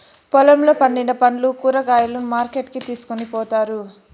పొలంలో పండిన పండ్లు, కూరగాయలను మార్కెట్ కి తీసుకొని పోతారు